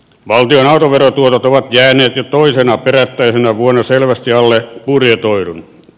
valtion autoverotuotot ovat jääneet jo toisena perättäisenä vuonna selvästi alle budjetoidun